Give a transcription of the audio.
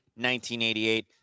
1988